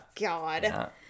God